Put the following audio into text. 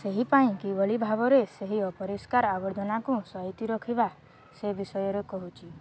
ସେହିପାଇଁ କିଭଳି ଭାବରେ ସେହି ଅପରିଷ୍କାର ଆବର୍ଜନାକୁ ସାଇତି ରଖିବା ସେ ବିଷୟରେ କହୁଛି